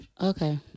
Okay